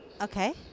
okay